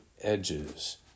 edges